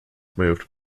moved